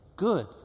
good